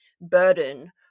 burden